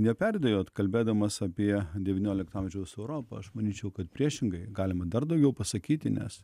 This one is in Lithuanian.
neperdėjot kalbėdamas apie devyniolikto amžiaus europą aš manyčiau kad priešingai galima dar daugiau pasakyti nes